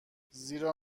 زیرا